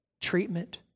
treatment